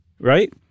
Right